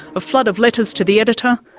a flood of letters to the editor,